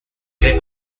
cree